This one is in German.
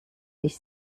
dich